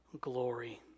glory